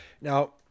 Now